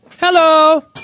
Hello